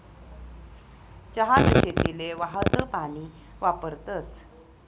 चहानी शेतीले वाहतं पानी वापरतस